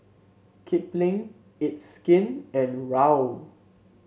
Kipling It's Skin and Raoul